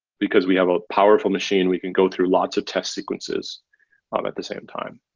because we have a powerful machine, we can go through lots of text sequences um at the same time.